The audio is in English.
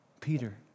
Peter